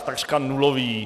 Takřka nulový.